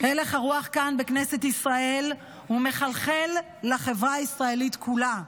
הלך הרוח כאן בכנסת ישראל מחלחל לחברה הישראלית כולה.